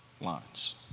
lines